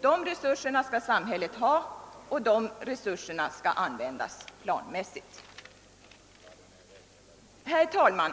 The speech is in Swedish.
De resurserna måste samhället ha, och de måste användas planmässigt. Herr talman!